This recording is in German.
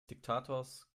diktators